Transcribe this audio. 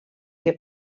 que